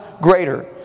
greater